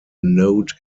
node